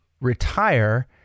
retire